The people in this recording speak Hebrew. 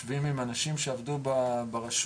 יושבים עם אנשים שעבדו ברשות.